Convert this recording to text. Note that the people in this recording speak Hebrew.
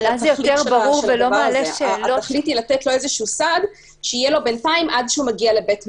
התכלית היא לתת לו סעד עד שמגיע לבית משפט,